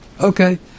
Okay